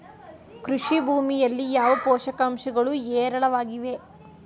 ಕೃಷಿ ಭೂಮಿಯಲ್ಲಿ ಯಾವ ಪೋಷಕಾಂಶಗಳು ಹೇರಳವಾಗಿವೆ?